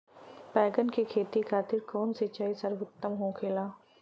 बैगन के खेती खातिर कवन सिचाई सर्वोतम होखेला?